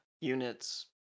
units